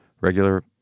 Regular